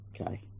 Okay